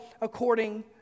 according